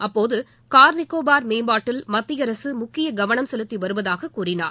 அப்போது கார் நிக்கோபார் மேம்பாட்டில் மத்திய அரசு முக்கிய கவனம் செலுத்தி வருவதாகக் கூறினார்